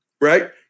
Right